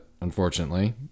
unfortunately